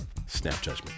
Snapjudgment